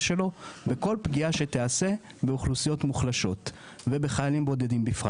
שלו לכל פגיעה שתיעשה באוכלוסיות מוחלשות ובחיילים בודדים בפרט.